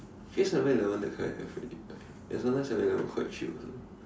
actually Seven Eleven that kind have already and sometimes Seven Eleven quite cheap also